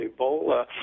Ebola